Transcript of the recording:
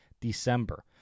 December